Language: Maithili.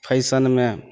फैशनमे